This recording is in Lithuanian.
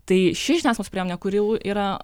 tai ši žiniasklaidos priemonė kurių yra